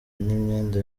n’imyenda